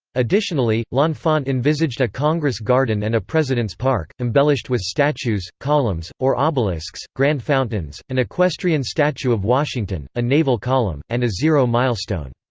additionally, l'enfant envisaged a congress garden and a president's park embellished with statues, columns, or obelisks grand fountains an equestrian statue of washington a naval column and a zero milestone.